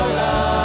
love